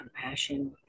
compassion